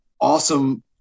awesome